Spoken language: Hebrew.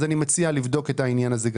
אני מציע לבדוק גם את העניין הזה.